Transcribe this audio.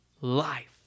Life